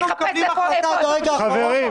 חברים,